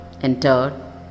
entered